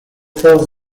skills